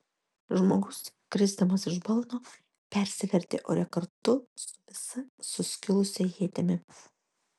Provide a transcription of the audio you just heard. žmogus krisdamas iš balno persivertė ore kartu su visa suskilusia ietimi